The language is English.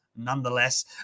nonetheless